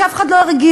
שאף אחד לא הרגיש,